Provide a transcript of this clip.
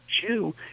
Jew